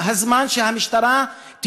המשטרה לא